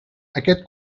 aquest